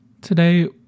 Today